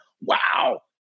Wow